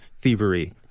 thievery